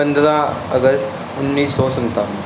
ਪੰਦਰਾਂ ਅਗਸਤ ਉੱਨੀ ਸੌ ਸੰਤਾਲੀ